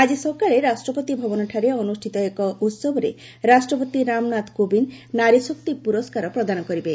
ଆଜି ସକାଳେ ରାଷ୍ଟ୍ରପତି ଭବନଠାରେ ଅନୁଷ୍ଠିତ ଏକ ଉହବରେ ରାଷ୍ଟ୍ରପତି ରାମନାଥ କୋବିନ୍ଦ ନାରୀଶକ୍ତି ପୁରସ୍କାର ପ୍ରଦାନ କରିବେ